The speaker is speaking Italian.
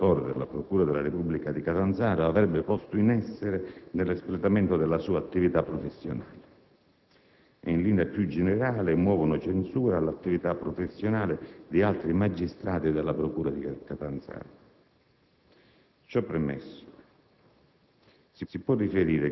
che il dottor De Magistris, sostituto procuratore della procura della Repubblica di Catanzaro, avrebbe posto in essere nell'espletamento della sua attività professionale. In linea più generale, muovono censure all'attività professionale di altri magistrati della procura di Catanzaro.